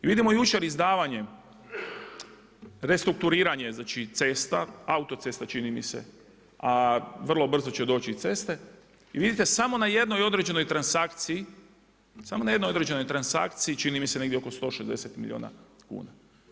I vidimo jučer izdavanje, restrukturiranja cesta, autocesta čini mi se, a vrlo brzo će doći i ceste, vidite samo na jednoj određenoj transakciji, samo na jednoj određenoj transakciji, čini mi se oko 160 milijuna kuna.